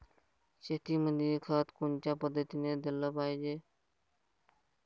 शेतीमंदी खत कोनच्या पद्धतीने देलं पाहिजे?